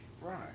Right